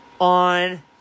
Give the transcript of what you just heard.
on